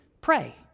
pray